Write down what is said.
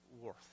worth